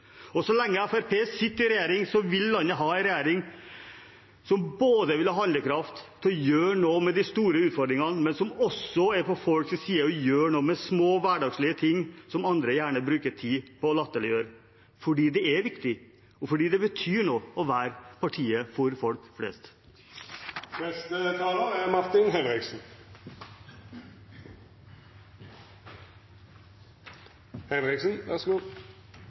Så lenge Fremskrittspartiet sitter i regjering, vil landet ha en regjering som både vil ha handlekraft til å gjøre noe med de store utfordringene, og som er på folks side og gjør noe med små hverdagslige ting som andre gjerne bruker tid på å latterliggjøre – fordi det er viktig, og fordi det betyr noe å være partiet for folk flest. En budsjettdebatt er